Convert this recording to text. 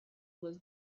was